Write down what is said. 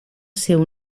seu